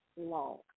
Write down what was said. long